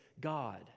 God